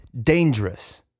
dangerous